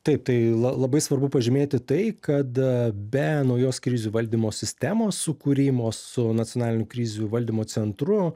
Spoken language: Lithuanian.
taip tai labai svarbu pažymėti tai kad be naujos krizių valdymo sistemos sukūrimo su nacionaliniu krizių valdymo centru